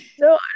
No